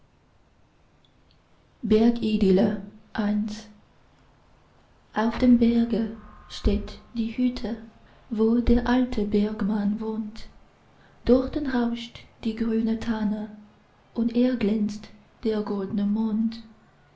l auf dem berge steht die hütte wo der alte bergmann wohnt dorten rauscht die grüne tanne und erglänzt der goldne mond